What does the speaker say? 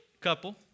couple